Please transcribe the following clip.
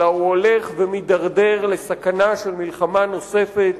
אלא הוא הולך ומידרדר לסכנה של מלחמה נוספת,